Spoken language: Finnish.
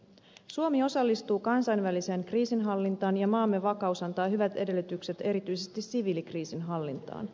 suomi osallistuu kansainväliseen kriisinhallintaan ja maamme vakaus antaa hyvät edellytykset erityisesti siviilikriisinhallintaan